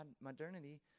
modernity